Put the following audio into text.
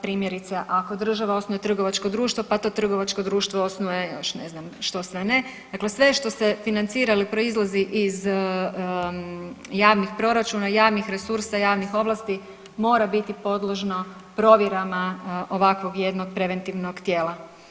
Primjerice ako država osnuje trgovačko društvo, pa to trgovačko društvo osnuje još ne znam što sve ne, dakle sve što se financira ili proizlazi iz javnih proračuna, javnih resursa, javnih ovlasti mora biti podložno provjerama ovakvog jednog preventivnog tijela.